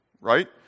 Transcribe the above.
right